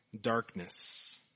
darkness